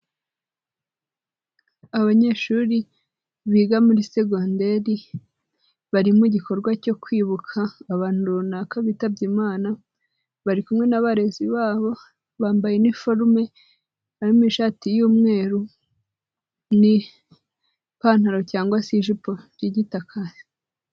Abanyeshuri biga muri segonderi bari mu gikorwa cyo kwibuka abantu runaka bitabye imana, bari kumwe n'abarezi babo bambaye iniforume harimo ishati y'umweru n'ipantaro cyangwa se ijipo by'igitaka.